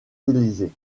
élysées